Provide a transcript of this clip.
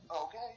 Okay